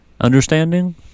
understanding